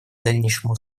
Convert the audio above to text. дальнейшему